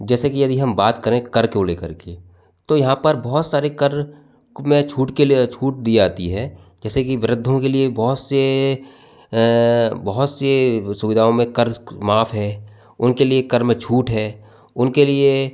जैसे कि यदि हम बात करें कर को लेकर के तो यहाँ पर बहुत सारे कर को में छूट के लिए छूट दी जाती है जैसे कि वृद्धों के लिए बहुत से बहुत से सुविधाओं में कर माफ है उनके लिए कर में छूट है उनके लिए